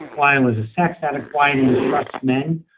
why i and was a sex addict, why i didn't trust men,